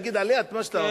להגיד עליה את מה שאתה אומר.